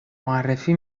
معرفی